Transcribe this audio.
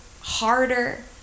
harder